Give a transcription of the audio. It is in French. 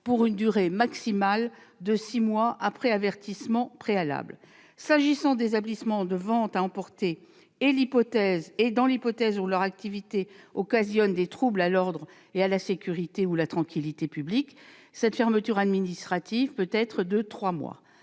pour une durée maximale de six mois, après avertissement. S'agissant des établissements de vente à emporter et dans l'hypothèse où leur activité occasionne des troubles à l'ordre, à la sécurité ou à la tranquillité publics, cette fermeture administrative peut être de trois